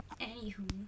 Anywho